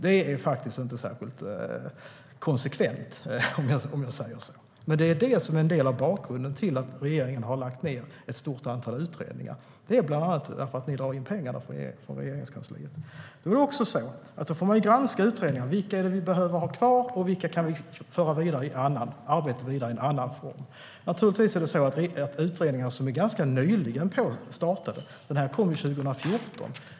Det är faktiskt inte särskilt konsekvent. Men det är det som är en del av bakgrunden till att regeringen har lagt ned ett stort antal utredningar, att ni har dragit in pengar från Regeringskansliet. Då får man se över vilka utredningar man behöver ha kvar och vilka utredningar som kan föras vidare till arbete i annan form? Naturligtvis finns det utredningar som påbörjades ganska nyligen. Den här tillsattes 2014.